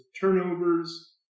turnovers